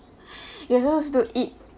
you're supposed to eat